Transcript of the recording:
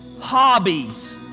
Hobbies